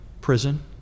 prison